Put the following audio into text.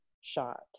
shot